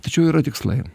tačiau yra tikslai